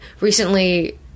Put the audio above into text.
recently